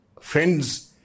friends